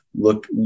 look